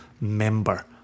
member